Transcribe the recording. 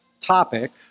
topic